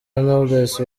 knowless